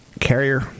carrier